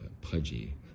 pudgy